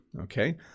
Okay